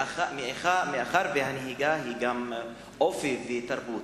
מאחר שהנהיגה היא גם אופי ותרבות,